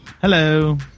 Hello